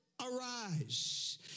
arise